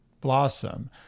blossom